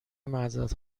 معذرت